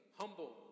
humble